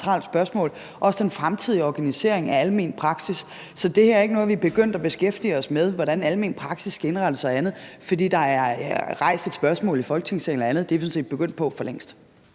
også den fremtidige organisering af almen praksis. Så det her er ikke noget, vi er begyndt at beskæftige os med, altså hvordan almen praksis skal indrettes og andet, fordi der er stillet et spørgsmål i Folketingssalen og andet; det er vi sådan set begyndt på for længst.